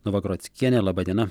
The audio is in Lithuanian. novagrockienė laba diena